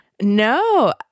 No